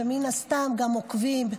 שמן הסתם גם עוקבים,